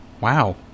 Wow